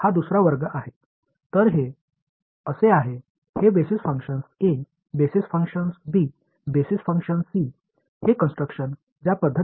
எனவே இவை வேறொரு வகை எனவே இது அவ்வாறு உள்ளது இது அடிப்படை செயல்பாடு a அடிப்படை செயல்பாடு b அடிப்படை செயல்பாடு c